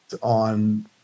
on